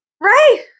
right